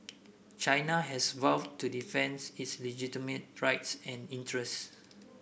China has vowed to defends its legitimate rights and interests